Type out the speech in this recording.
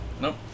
Nope